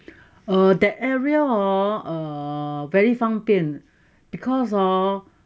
err that area hor err very 方便 because hor